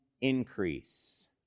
increase